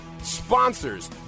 Sponsors